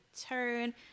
turn